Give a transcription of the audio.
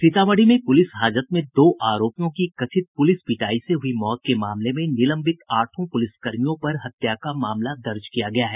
सीतामढ़ी में प्रलिस हाजत में दो आरोपियों की कथित प्रलिस पिटाई से हुई मौत के मामले में निलंबित आठों पुलिस कर्मियों पर हत्या का मामला दर्ज किया गया है